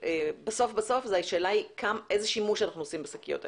בסוף השאלה היא איזה שימוש אנחנו עושים בשקיות האלה.